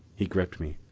he gripped me.